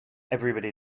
everybody